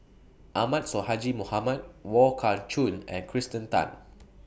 Ahmad Sonhadji Mohamad Wong Kah Chun and Kirsten Tan